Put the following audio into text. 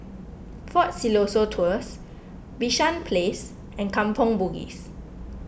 fort Siloso Tours Bishan Place and Kampong Bugis